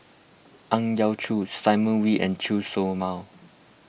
Ang Yau Choon Simon Wee and Chen Show Mao